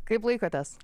kaip laikotės